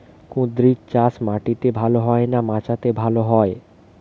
কুঁদরি চাষ মাটিতে ভালো হয় না মাচাতে ভালো হয়?